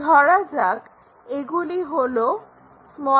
ধরা যাক এগুলি হলো a এবং b